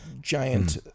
giant